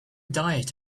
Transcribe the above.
diet